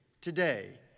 today